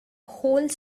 whole